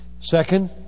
Second